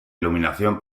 iluminación